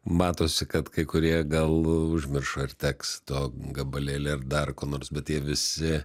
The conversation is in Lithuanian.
matosi kad kai kurie gal užmiršo ir teksto gabalėlį ar dar ko nors bet jie visi